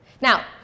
Now